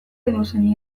edozein